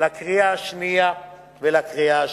לקריאה שנייה ולקריאה שלישית.